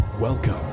Welcome